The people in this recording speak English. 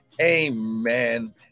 amen